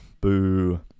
Boo